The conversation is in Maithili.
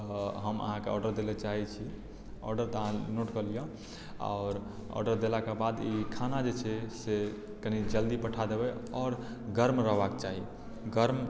आओर हम अहाँकेँ ऑर्डर दै लए चाहैत छी आर्डरकेँ अहाँ नोट कऽ लिअ आओर आर्डर देलाक बाद ई खाना जे छै से कनि जल्दी पठा देबै आओर गर्म रहबाक चाही गर्म